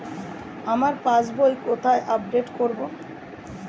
আমার পাস বই কোথায় আপডেট করব?